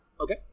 Okay